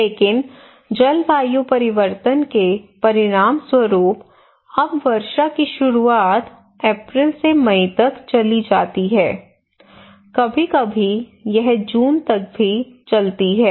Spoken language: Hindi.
लेकिन जलवायु परिवर्तन के परिणामस्वरूप अब वर्षा की शुरुआत अप्रैल से मई तक चली जाती है कभी कभी यह जून तक भी चलती है